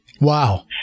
Wow